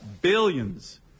billions